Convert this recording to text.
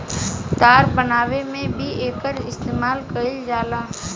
तार बनावे में भी एकर इस्तमाल कईल जाला